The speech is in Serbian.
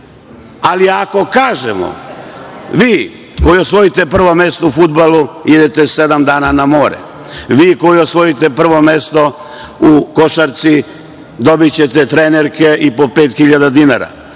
Ali, ako kažemo - vi koji osvojite prvo mesto u fudbalu idete sedam dana na more; vi koji osvojite prvo mesto u košarci dobićete trenerke i po pet hiljada dinara.